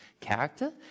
character